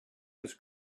his